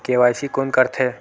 KYC कोन करथे?